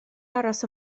aros